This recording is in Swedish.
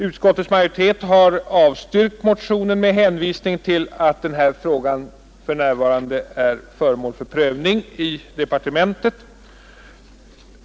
Utskottets majoritet har avstyrkt motionen med hänvisning till att frågan för närvarande är föremål för prövning i departementet.